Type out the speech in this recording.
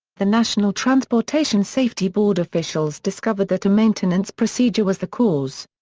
the national transportation safety board officials discovered that a maintenance procedure was the cause.